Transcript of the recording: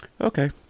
Okay